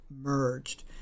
Merged